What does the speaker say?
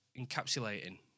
encapsulating